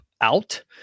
out